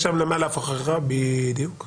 הדיון בעצם מתמקד במה ריבית הבסיס שתחול בתקופה